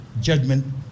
judgment